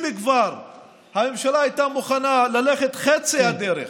אם הממשלה הייתה כבר מוכנה ללכת את חצי הדרך